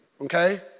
okay